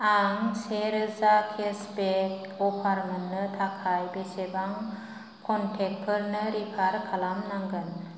आं सेरोजा केसबेक अफार मोननो थाखाय बेसेबां कन्टेक्त फोरनो रेफार खालामनांगोन